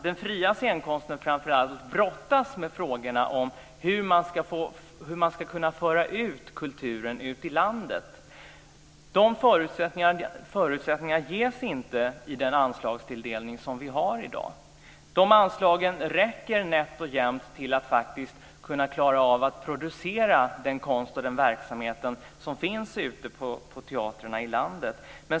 Den fria scenkonsten brottas med frågor om hur man ska kunna föra ut kulturen i landet. De förutsättningarna ges inte i den anslagstilldelning vi har i dag. Anslagen räcker nätt och jämt till att klara av att producera den konst och verksamhet som finns ute på teatrarna i landet.